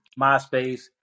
MySpace